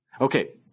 Okay